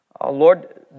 Lord